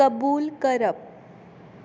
कबूल करप